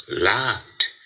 laughed